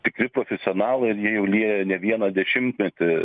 tikri profesionalai jie jau lieja ne vieną dešimtmetį